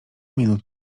minut